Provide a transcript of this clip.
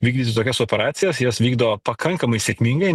vykdyti tokias operacijas jas vykdo pakankamai sėkmingai